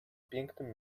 pięknym